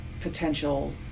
potential